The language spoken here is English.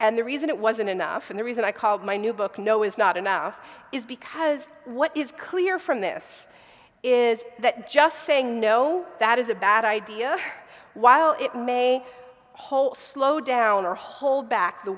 and the reason it wasn't enough and the reason i called my new book no is not enough is because what is clear from this is that just saying no that is a bad idea while it may whole slowdown or hold back the